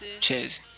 Cheers